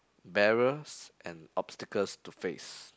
barriers and obstacles to face